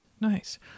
nice